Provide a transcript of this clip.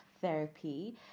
therapy